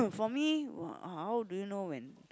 for me how do you know when